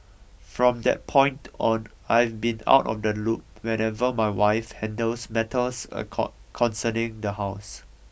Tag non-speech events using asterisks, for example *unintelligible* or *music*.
from that point on I've been out of the loop whenever my wife handles matters a *unintelligible* concerning the house